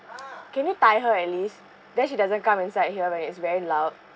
can you tie her at least then she doesn't come inside here like it's very loud